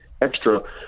extra